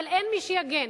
אבל אין מי שיגן,